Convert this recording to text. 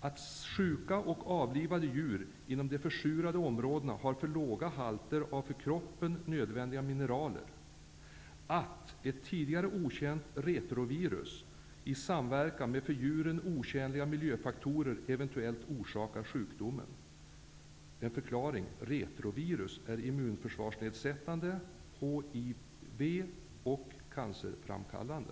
att sjuka och avlivade djur inom de försurade områdena har för låga halter av för kroppen nödvändiga mineraler och att ett tidigare okänt retrovirus, i samverkan med för djuren otjänliga miljöfaktorer, eventuellt orsakar sjukdomen. Retrovirus är immunförsvarsnedsättande -- HIV -- och cancerframkallande.